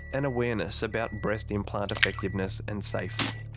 and awareness about breast implant effectiveness and safety.